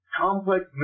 complex